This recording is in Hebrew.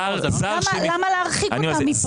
למה להרחיק אותם מכאן?